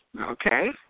Okay